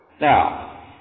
Now